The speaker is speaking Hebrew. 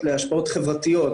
תודה ותודה רבה על הדיון החשוב.